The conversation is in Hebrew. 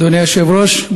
אדוני היושב-ראש,